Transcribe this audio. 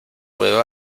puedo